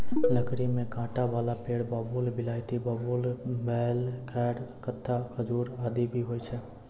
लकड़ी में कांटा वाला पेड़ बबूल, बिलायती बबूल, बेल, खैर, कत्था, खजूर आदि भी होय छै